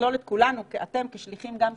לכלול את כולנו, כי אתם כשליחים גם שלי,